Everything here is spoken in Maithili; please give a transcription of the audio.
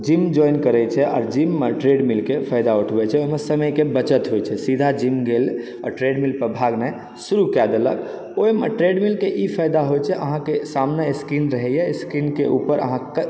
जिम ज्वाइन करै छै आओर जिममे ट्रेडमिलकेँ फायदा उठबै छै ओहिमे समयके बचत होइ छै सीधा जिम गेल आओर ट्रेडमिलपर भागनाइ शुरु कए देलक ओहिमे ट्रेड मिलके ई फायदा होइ छै अहाँके सामने स्क्रीन रहैए